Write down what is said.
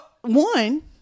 one